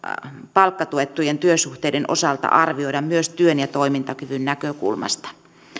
palkkatuettujen työsuhteiden osalta arvioida myös työn ja toimintakyvyn näkökulmasta